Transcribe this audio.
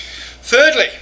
Thirdly